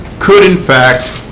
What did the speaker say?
could, in fact,